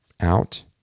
out